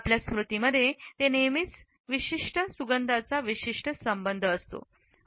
आपल्या स्मृतीमध्ये हे नेहमीच या विशिष्ट सुगंधाचा विशिष्ट संबंध असतो